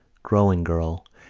growing girl,